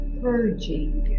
purging